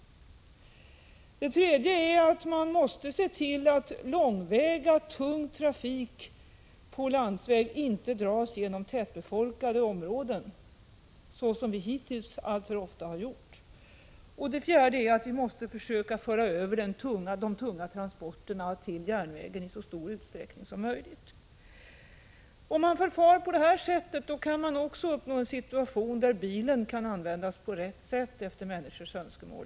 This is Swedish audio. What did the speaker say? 3. Vi måste se till att långväga tung trafik på landsväg inte dras genom tätbefolkade områden, som hittills alltför ofta har skett. 4. Vi måste försöka föra över de tunga transporterna till järnvägen i så stor utsträckning som möjligt. Om vi förfar på detta sätt kan vi uppnå en situation där bilen kan användas på rätt sätt efter människornas önskemål.